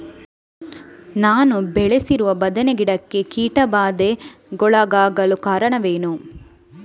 ನಾನು ಬೆಳೆಸಿರುವ ಬದನೆ ಗಿಡಕ್ಕೆ ಕೀಟಬಾಧೆಗೊಳಗಾಗಲು ಕಾರಣವೇನು?